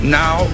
now